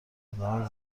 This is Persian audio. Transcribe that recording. ادامه